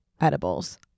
edibles